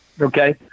Okay